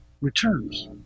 returns